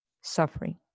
suffering